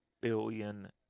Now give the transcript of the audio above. billion